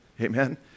amen